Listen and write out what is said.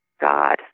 God